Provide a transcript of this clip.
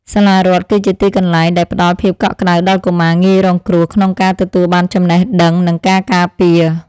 សាលារដ្ឋគឺជាទីកន្លែងដែលផ្តល់ភាពកក់ក្តៅដល់កុមារងាយរងគ្រោះក្នុងការទទួលបានចំណេះដឹងនិងការការពារ។